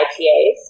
IPAs